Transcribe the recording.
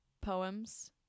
poems